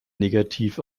negativ